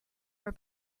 are